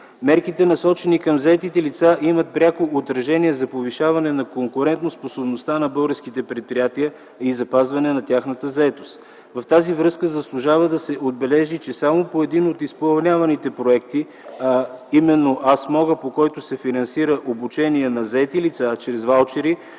Мерките, насочени към заетите лица, имат пряко отражение за повишаване конкурентноспособността на българските предприятия и запазване на тяхната заетост. В тази връзка заслужава да се отбележи, че само по един от изпълняваните проекти, а именно „Аз мога”, по който се финансира обучение на заети лица чрез ваучери